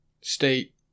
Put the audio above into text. state